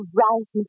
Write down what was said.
right